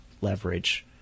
leverage